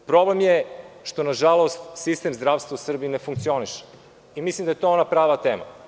Problem je što, nažalost, sistem zdravstva u Srbiji ne funkcioniše i mislim da je to ona prava tema.